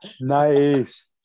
Nice